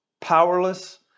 Powerless